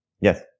yes